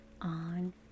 on